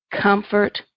comfort